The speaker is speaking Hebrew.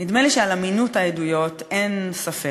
נדמה לי שבאמינות העדויות אין ספק.